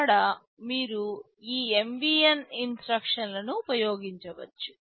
అక్కడ మీరు ఈ MVN ఇన్స్ట్రక్షన్ లను ఉపయోగించవచ్చు